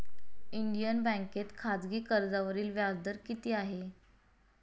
Indian बँकेत खाजगी कर्जावरील व्याजदर किती आहे?